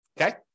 Okay